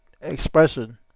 expression